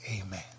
Amen